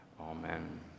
amen